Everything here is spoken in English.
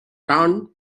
turn